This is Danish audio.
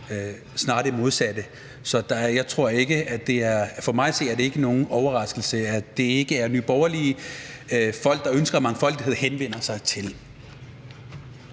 snarere det modsatte. Så for mig at se er det ikke nogen overraskelse, at det ikke er Nye Borgerlige, som folk, der ønsker mangfoldighed, henvender sig til.